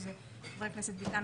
שזה חברי הכנסת ביטן,